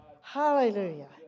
Hallelujah